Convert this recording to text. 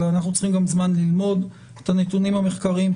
אלא אנחנו צריכים גם זמן ללמוד את הנתונים המחקריים,